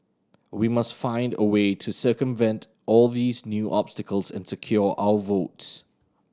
we must find a way to circumvent all these new obstacles and secure our votes